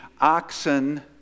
oxen